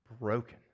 broken